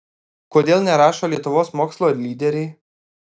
kodėl nerašo lietuvos mokslo lyderiai